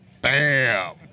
Bam